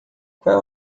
qual